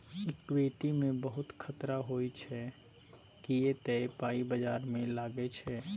equity मे बहुत खतरा होइ छै किए तए पाइ बजार मे लागै छै